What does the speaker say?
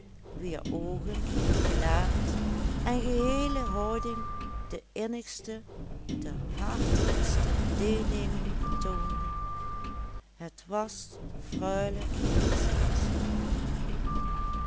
wier oogen gelaat en geheele houding de innigste de hartelijkste deelneming vertoonden het was freule constance